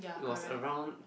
it was around